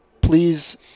Please